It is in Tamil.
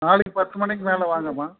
நாளைக்கு பத்து மணிக்கு மேலே வாங்கம்மா